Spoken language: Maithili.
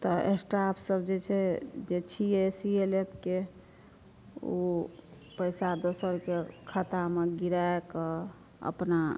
तऽ स्टाफ सब जे छै जे छियै सी एल एफ के ओ पैसा दोसरके खातामे गिरैके अपना